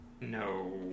No